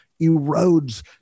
erodes